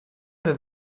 that